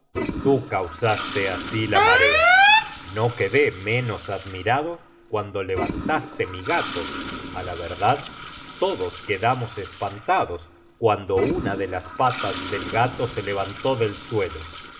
tú causaste así la marea no quedé menos admirado cuando levantaste mi gato y á la verdad todos quedamos espantados cuando una de las patas del gato se levantó del suelo no